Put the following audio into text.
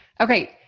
Okay